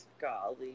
Golly